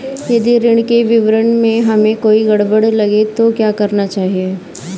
यदि ऋण के विवरण में हमें कोई गड़बड़ लगे तो क्या करना चाहिए?